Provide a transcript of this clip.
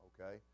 Okay